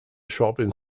shopping